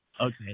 Okay